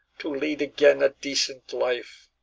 to lead again a decent life.